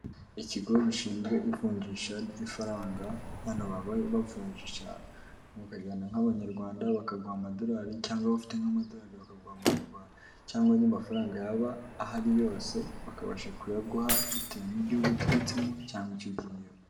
Ikigo gishinzwe ivunjisha ry'ifaranga, hano baba bavunjisha bakajyana nk'amanyarwanda bakaguha amadolari cyangwa abafite nk'amadolari bakaguha amanyarwanda cyangwa andi mafaranga yaba ahari yose bakabasha kuyaguha bitewe n'igihugu uturutsemo cyangwa icyo ugiyemo.